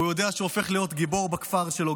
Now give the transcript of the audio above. הוא יודע שהוא הופך להיות גיבור בכפר שלו,